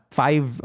five